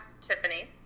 tiffany